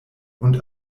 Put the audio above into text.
und